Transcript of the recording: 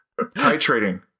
Titrating